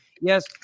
Yes